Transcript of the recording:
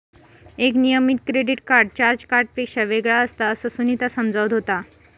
एक नियमित credit card charge कार्डपेक्षा वेगळा असता, असा सुनीता समजावत होता